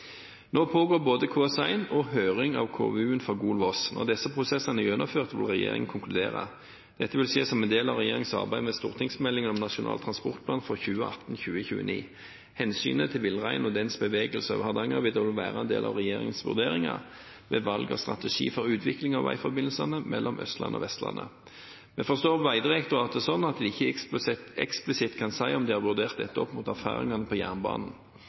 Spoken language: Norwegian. Nå pågår både KS1 og høring av KVU-en for Gol–Voss. Når disse prosessene er gjennomført, vil regjeringen konkludere. Dette vil skje som en del av regjeringens arbeid med stortingsmeldingen om Nasjonal transportplan 2018–2029. Hensynet til villreinen og dens bevegelse over Hardangervidda vil være en del av regjeringens vurderinger ved valg av strategi for utvikling av veiforbindelsene mellom Østlandet og Vestlandet. Vi forstår Vegdirektoratet slik at de ikke eksplisitt kan si at de har vurdert dette opp mot erfaringene på jernbanen.